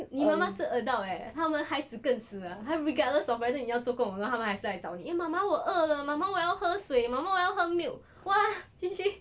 你妈妈是 adult leh 他们孩子更死 ah 还 regardless of whether 你要做工他们还是来找你 eh 妈妈我饿了妈妈我要喝水妈妈我要喝 milk !wah! G_G